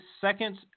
seconds